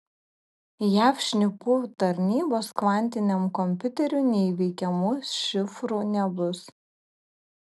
jav šnipų tarnybos kvantiniam kompiuteriui neįveikiamų šifrų nebus